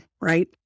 Right